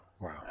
Wow